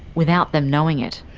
without them knowing it.